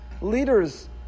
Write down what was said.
Leaders